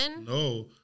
No